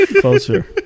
closer